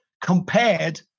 compared